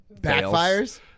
Backfires